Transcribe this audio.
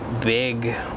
big